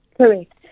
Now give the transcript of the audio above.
Correct